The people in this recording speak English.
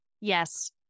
Yes